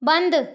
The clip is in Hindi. बंद